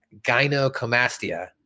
gynecomastia